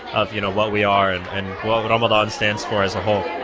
ah you know, what we are and what ramadan stands for as a whole